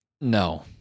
No